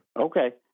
Okay